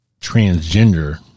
transgender